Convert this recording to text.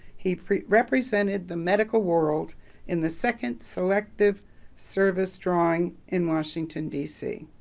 he represented the medical world in the second selective service drawing in washington, d c.